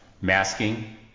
masking